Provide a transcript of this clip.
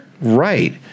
Right